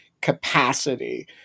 capacity